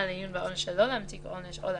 לעיון בעונש שלא להמתיק עונש או להחליפו,